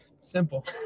Simple